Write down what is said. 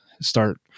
start